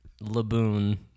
laboon